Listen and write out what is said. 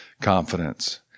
confidence